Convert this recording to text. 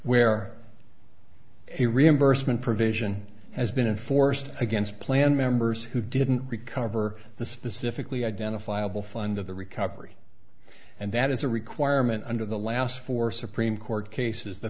where a reimbursement provision has been enforced against planned members who didn't recover the specifically identifiable fund of the recovery and that is a requirement under the last four supreme court cases the